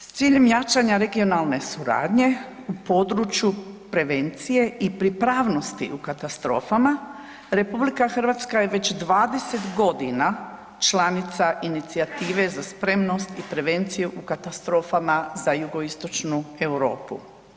S ciljem jačanja regionalne suradnje u području prevencije i pripravnosti u katastrofama, RH je već 20 godina članica inicijative Za spremnost i prevenciju u katastrofama za jugoistočnu Europu.